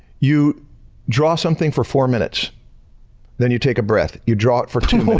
you draw something for four minutes then you take a breath. you draw it for two